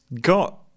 got